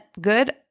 good